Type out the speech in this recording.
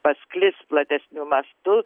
pasklis platesniu mastu